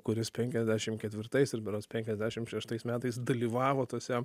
kuris penkiasdešim ketvirtais ir berods penkiasdešimt šeštais metais dalyvavo tose